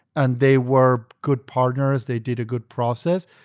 and they were good partners, they did a good process.